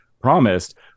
promised